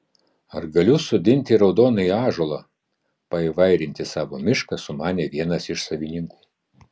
ar galiu sodinti raudonąjį ąžuolą paįvairinti savo mišką sumanė vienas iš savininkų